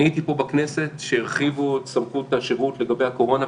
אני הייתי פה בכנסת כשהרחיבו את סמכות השירות לגבי הקורונה,